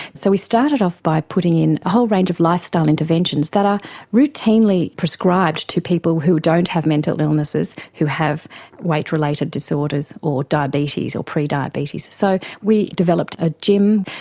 so we started off by putting in a whole range of lifestyle interventions that are routinely prescribed to people who don't have mental illnesses, who have weight-related disorders, or diabetes, or pre-diabetes. so we developed a gym,